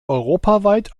europaweit